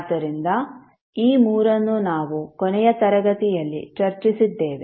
ಆದ್ದರಿಂದ ಈ ಮೂರನ್ನು ನಾವು ಕೊನೆಯ ತರಗತಿಯಲ್ಲಿ ಚರ್ಚಿಸಿದ್ದೇವೆ